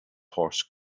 horse